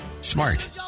smart